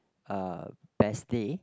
uh best day